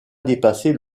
dépasser